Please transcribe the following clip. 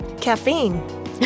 Caffeine